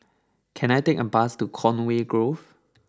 can I take a bus to Conway Grove